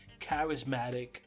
charismatic